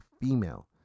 female